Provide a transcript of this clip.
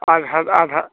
आठ हाथ आठ हाथ